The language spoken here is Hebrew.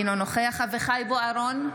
אינו נוכח אביחי אברהם בוארון,